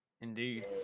Indeed